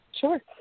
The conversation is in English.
Sure